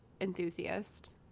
enthusiast